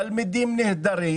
תלמידים נהדרים